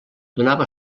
donava